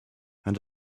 and